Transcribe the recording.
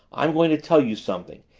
i'm going to tell you something.